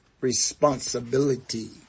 responsibility